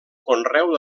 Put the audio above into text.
conreu